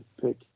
pick